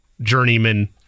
journeyman